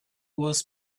was